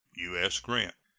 u s. grant.